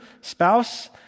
spouse